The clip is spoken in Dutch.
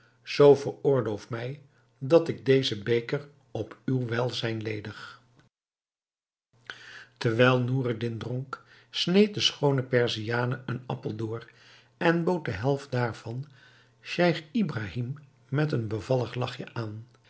zoo veroorloof mij dat ik dezen beker op uw welzijn ledig terwijl noureddin dronk sneed de schoone perziane een appel door en bood de helft daarvan scheich ibrahim met een bevallig lachje aan